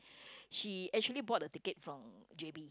she actually bought the ticket from j_b